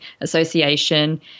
Association